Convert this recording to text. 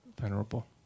Venerable